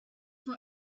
for